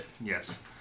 Yes